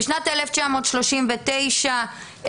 בשנת 1939,